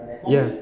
ya